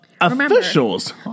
Officials